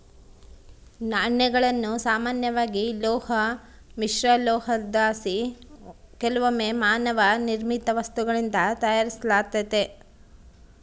ನಾಣ್ಯಗಳನ್ನು ಸಾಮಾನ್ಯವಾಗಿ ಲೋಹ ಮಿಶ್ರಲೋಹುದ್ಲಾಸಿ ಕೆಲವೊಮ್ಮೆ ಮಾನವ ನಿರ್ಮಿತ ವಸ್ತುಗಳಿಂದ ತಯಾರಿಸಲಾತತೆ